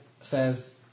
says